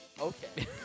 Okay